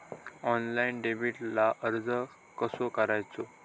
Online डेबिटला अर्ज कसो करूचो?